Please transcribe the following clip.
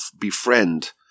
befriend